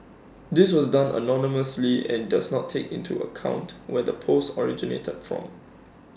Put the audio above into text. this was done anonymously and does not take into account where the post originated from